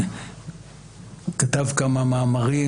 כתב כמה מאמרים,